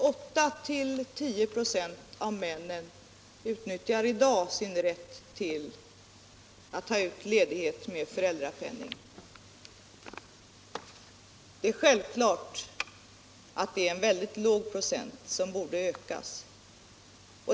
Herr talman! 8-10 96 av männen utnyttjar i dag sin rätt att ta ut ledighet med föräldrapenning. Det är självfallet en mycket låg procentandel som borde höjas.